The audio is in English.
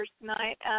tonight